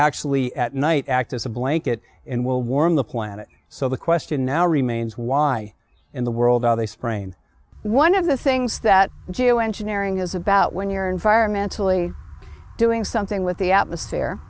actually at night act as a blanket and will warm the planet so the question now remains why in the world are they sprain one of the things that geo engineering is about when you're environmentally doing something with the atmosphere